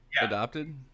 adopted